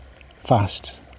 fast